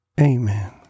Amen